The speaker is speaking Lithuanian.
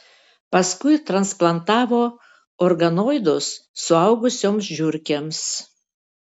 paskui transplantavo organoidus suaugusioms žiurkėms